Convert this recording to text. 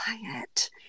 quiet